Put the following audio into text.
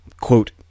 quote